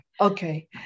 Okay